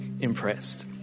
impressed